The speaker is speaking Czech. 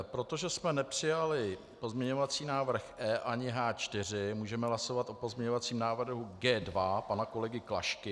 Protože jsme nepřijali pozměňovací návrh E ani H4, můžeme hlasovat o pozměňovacím návrhu G2 pana kolegy Klašky.